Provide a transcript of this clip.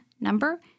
number